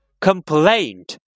complaint